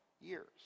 years